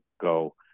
go